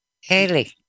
Haley